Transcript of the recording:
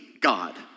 God